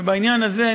ובעניין הזה,